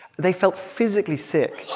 they felt physically sick.